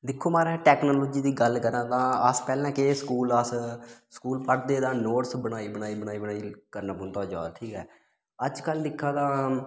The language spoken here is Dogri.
दिक्खो महाराज टैक्नोलोजी दी गल्ल करां तां अस पैह्लें केह् स्कूल अस स्कूल पढ़दे ते अस नोट्स बनाई बनाई बनाई बनाई करना पौंदा हा याद ठीक ऐ अज्जकल दिक्खा तां